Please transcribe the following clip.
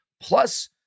plus